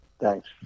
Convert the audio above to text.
Thanks